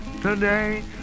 today